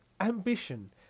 ambition